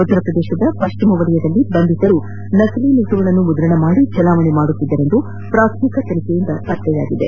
ಉತ್ತರ ಪ್ರದೇಶದ ಪಶ್ಚಿಮ ವಲಯದಲ್ಲಿ ನೋಟುಗಳನ್ನು ಮುದ್ರಣ ಮಾಡಿ ಚಲಾವಣೆ ಮಾಡುತ್ತಿದ್ದರು ಎಂದು ಪ್ರಾಥಮಿಕ ತನಿಖೆಯಿಂದ ಪತ್ತೆಯಾಗಿದೆ